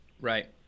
Right